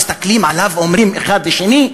מסתכלים עליו ואומרים אחד לשני: